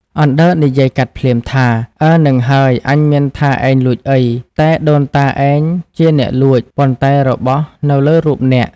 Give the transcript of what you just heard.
អណ្ដើកនិយាយកាត់ភ្លាមថា៖ "អើហ្នឹងហើយ អញមានថាឯងលួចអី តែដូនតាឯងជាអ្នកលួច! ប៉ុន្តែរបស់នៅលើរូបអ្នក